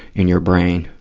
in your brain.